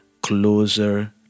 closer